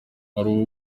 hari